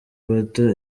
bato